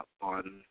on